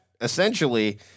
essentially